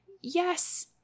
Yes